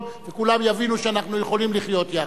וכולם יבינו שאנחנו יכולים לחיות יחד,